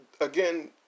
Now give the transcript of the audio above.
again